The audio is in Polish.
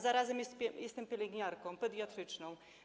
Zarazem jestem pielęgniarką pediatryczną.